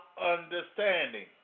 understanding